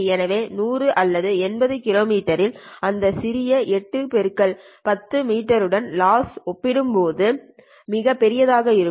எனவே 100 அல்லது 80 கிலோமீட்டரில் இந்த சிறிய 8x10 மீட்டர் லாஸ் உடன் ஒப்பிடும்போது மிகப் பெரியதாக இருக்கும்